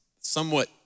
somewhat